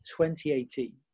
2018